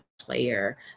player